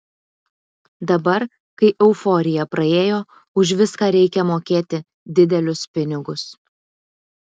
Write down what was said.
dabar kai euforija praėjo už viską reikia mokėti didelius pinigus